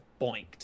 boinked